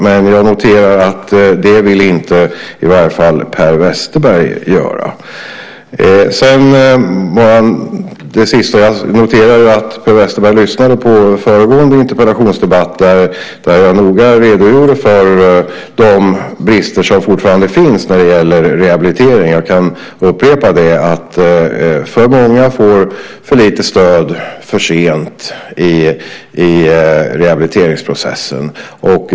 Men jag noterar att i varje fall Per Westerberg inte vill göra det. Jag har också noterat att Per Westerberg lyssnade på föregående interpellationsdebatt där jag noga redogjorde för de brister som fortfarande finns när det gäller rehabilitering. Jag kan upprepa att alltför många får för lite stöd och för sent i rehabiliteringsprocessen.